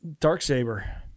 Darksaber